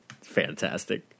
Fantastic